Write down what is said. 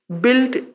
build